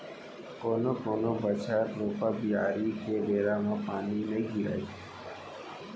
कोनो कोनो बछर रोपा, बियारी के बेरा म बने पानी नइ गिरय